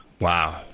Wow